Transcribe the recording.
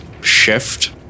shift